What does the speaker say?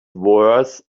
worse